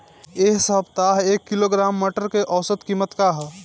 एक सप्ताह एक किलोग्राम मटर के औसत कीमत का ह?